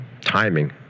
timing